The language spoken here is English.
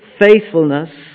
faithfulness